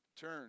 turn